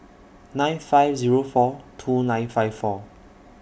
nine five Zero four two nine five four